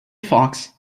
fox